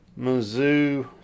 Mizzou